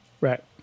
right